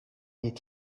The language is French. est